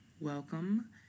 welcome